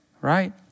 right